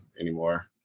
anymore